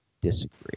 Disagree